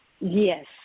Yes